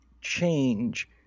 change